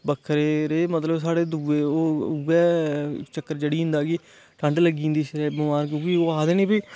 बक्खरे रेह् मतलब साढ़े दुए ओह् उ'ऐ चक्कर चढ़ी जंदा कि ठंड लग्गी जंदी शरीरै गी बखार ओह् आखदे निं